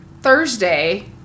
Thursday